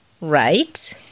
right